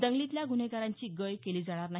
दंगलीतल्या गुन्हेगारांची गय केली जाणार नाही